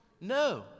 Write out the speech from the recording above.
No